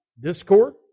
discord